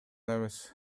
эмес